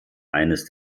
eines